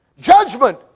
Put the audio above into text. Judgment